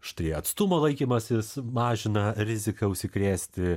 štai atstumo laikymasis mažina riziką užsikrėsti